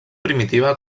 primitiva